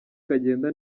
kagenda